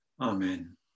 Amen